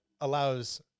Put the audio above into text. allows